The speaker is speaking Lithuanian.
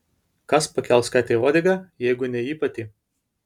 kas pakels katei uodegą jeigu ne ji pati